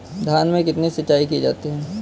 धान में कितनी सिंचाई की जाती है?